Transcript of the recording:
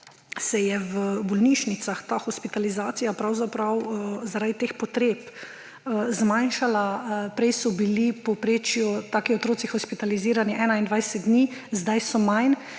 se je v bolnišnicah ta hospitalizacija pravzaprav zaradi teh potreb zmanjšala. Prej so bili v povprečju taki otroci hospitalizirani 21 dni, zdaj so manj.